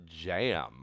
jam